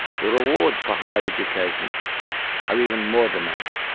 the rewards for higher education are even more dramatic.